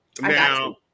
Now